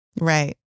Right